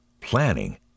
Planning